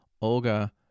Olga